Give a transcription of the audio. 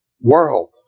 world